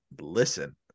listen